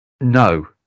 no